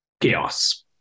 chaos